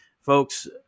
folks